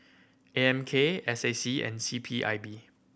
A M K S A C and C P I B